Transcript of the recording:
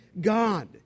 God